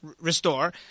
restore